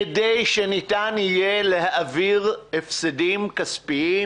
כדי שניתן יהיה להעביר הפסדים כספיים